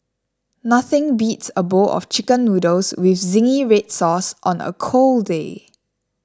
nothing beats a bowl of Chicken Noodles with Zingy Red Sauce on a cold day